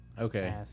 Okay